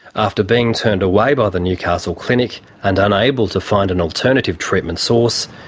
after being turned away by the newcastle clinic and unable to find an alternative treatment source,